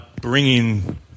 bringing